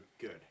good